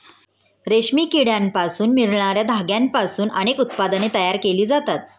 रेशमी किड्यांपासून मिळणार्या धाग्यांपासून अनेक उत्पादने तयार केली जातात